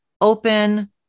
open